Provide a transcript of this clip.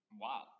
Wow